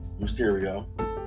Mysterio